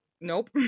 Nope